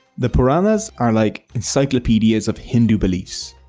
the puranas are like encyclopedias of hindu beliefs.